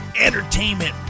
entertainment